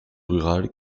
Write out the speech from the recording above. rural